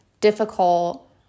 difficult